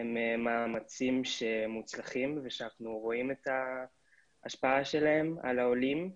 הם מאמצים מוצלחים ואנחנו רואים את ההשפעה שלהם על העולים.